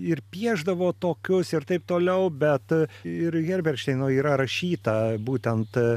ir piešdavo tokius ir taip toliau bet ir herberšteino yra rašyta būtent